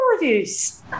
reviews